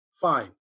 fine